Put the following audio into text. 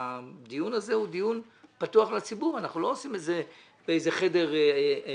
הדיון הזה הוא דיון פתוח לציבור ואנחנו לא עושים את זה באיזה חדר אפל.